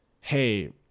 hey